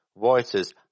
voices